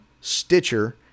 Stitcher